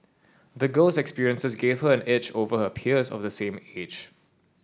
the girl's experiences gave her an edge over her peers of the same age